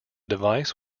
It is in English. device